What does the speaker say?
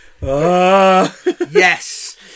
Yes